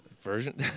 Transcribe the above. Version